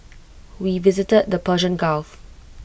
we visited the Persian gulf